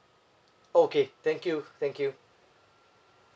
okay thank you thank you